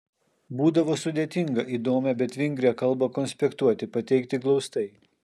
būdavo sudėtinga įdomią bet vingrią kalbą konspektuoti pateikti glaustai